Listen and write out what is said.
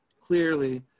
clearly